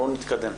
בואו נתקדם.